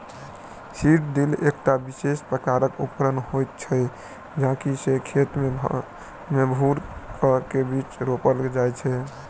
seed drill एकटा विशेष प्रकारक उपकरण होइत छै जाहि सॅ खेत मे भूर क के बीया रोपल जाइत छै